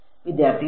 വിദ്യാർത്ഥി 0